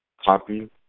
copy